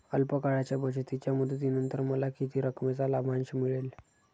अल्प काळाच्या बचतीच्या मुदतीनंतर मला किती रकमेचा लाभांश मिळेल?